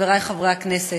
חברי חברי הכנסת,